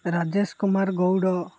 Rajesh Kumar Gaud